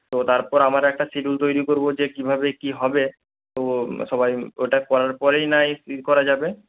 তো তারপর আমরা একটা সিডিউল তৈরি করবো যে কিভাবে কী হবে তো সবাই ওটা করার পরেই নয় ই করা যাবে